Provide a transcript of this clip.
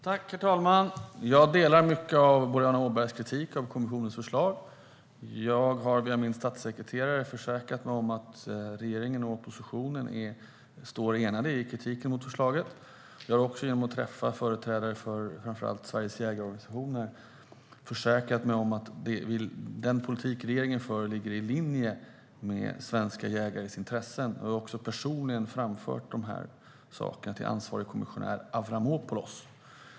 Herr talman! Jag delar mycket av Boriana Åbergs kritik av kommissionens förslag. Jag har via min statssekreterare försäkrat mig om att regeringen och oppositionen står enade i kritiken mot förslaget. Jag har också genom att träffa företrädare för framför allt Sveriges jägarorganisationer försäkrat mig om att den politik regeringen för ligger i linje med svenska jägares intressen. Jag har också personligen framfört de här sakerna till ansvarig kommissionär, Avramopoulos.